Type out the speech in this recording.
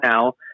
now